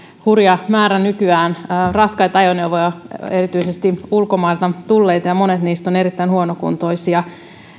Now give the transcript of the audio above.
hurja määrä raskaita ajoneuvoja erityisesti ulkomailta tulleita ja monet niistä ovat erittäin huonokuntoisia